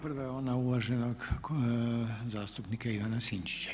Prva je ona uvaženog zastupnika Ivana Sinčića.